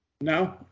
No